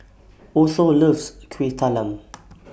Otho loves Kuih Talam